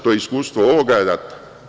To je iskustvo ovoga rata.